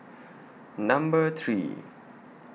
Number three